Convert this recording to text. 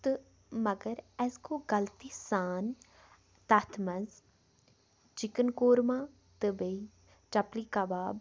تہٕ مگر اسہِ گوٚو غلطی سان تَتھ منٛز چِکَن کورمہ تہٕ بیٚیہِ چَپلی کَباب